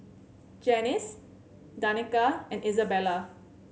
Janice Danica and Isabela